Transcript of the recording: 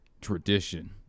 tradition